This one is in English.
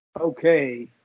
Okay